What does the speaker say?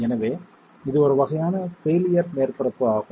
எனவே இது ஒரு வகையான பெயிலியர் மேற்பரப்பு ஆகும்